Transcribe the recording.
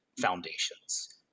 foundations